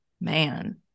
man